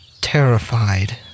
terrified